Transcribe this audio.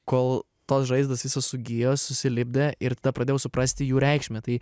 kol tos žaizdos visos sugijo susilipdė ir tada pradėjau suprasti jų reikšmę tai